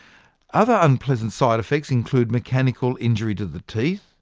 other unpleasant side effects include mechanical injury to the teeth,